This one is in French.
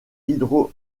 hydro